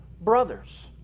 brothers